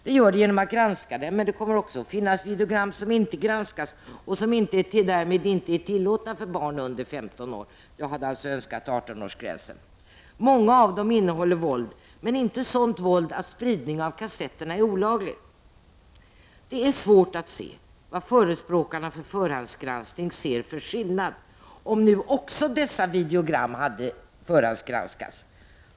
Den gör det genom att granska dem, men det kommer också att finnas videogram som inte granskats och som därmed inte är tillåtna för barn under 15 år. Jag hade önskat 18-årsgränsen. Många av videogrammen innehåller våld, men inte sådant våld att spridning av kassetterna är olaglig. Det är svårt att se vad förespråkarna för förhandsgranskning ser för skillnad om nu också dessa videogram hade förhandsgranskats.